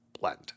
blend